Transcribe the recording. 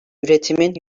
üretimin